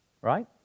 Right